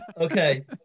Okay